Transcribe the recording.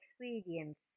experience